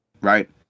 right